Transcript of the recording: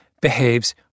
behaves